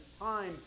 times